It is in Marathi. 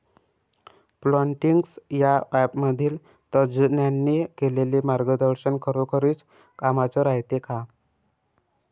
प्लॉन्टीक्स या ॲपमधील तज्ज्ञांनी केलेली मार्गदर्शन खरोखरीच कामाचं रायते का?